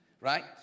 Right